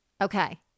Okay